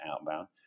outbound